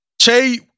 Che